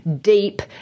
deep